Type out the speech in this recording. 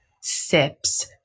Sips